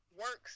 works